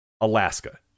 Alaska